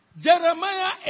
Jeremiah